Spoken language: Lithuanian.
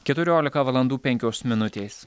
keturiolika valandų penkios minutės